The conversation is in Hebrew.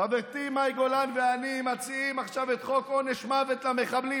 חברתי מאי גולן ואני מציעים עכשיו את חוק עונש מוות למחבלים.